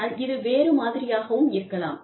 ஆனால் இது வேறு மாதிரியாகவும் இருக்கலாம்